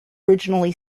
originally